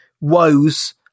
woes